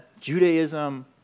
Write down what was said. Judaism